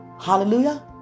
Hallelujah